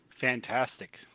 Fantastic